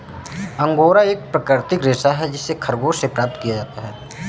angora एक प्राकृतिक रेशा है जिसे खरगोश से प्राप्त किया जाता है